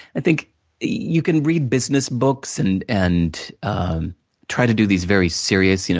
i think you can read business books, and and um try to do these very serious, you know